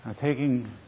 Taking